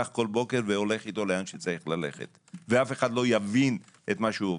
כל בוקר והולך איתו לאן שצריך ללכת ואף אחד לא יבין את מה שעובר.